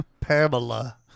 Pamela